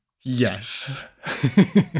Yes